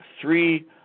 three